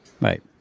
Right